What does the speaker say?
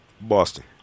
Boston